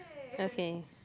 okay